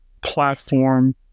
platform